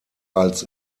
als